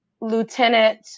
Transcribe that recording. Lieutenant